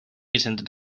attended